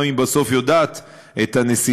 גם אם היא בסוף יודעת את הנסיבות,